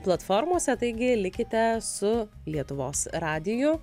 platformose taigi likite su lietuvos radiju